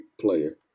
player